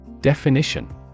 Definition